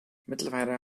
mittlerweile